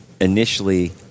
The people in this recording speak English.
initially